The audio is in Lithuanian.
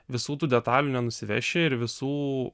visų tų detalių nenusiveši ir visų